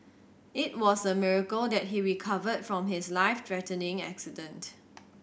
it was a miracle that he recovered from his life threatening accident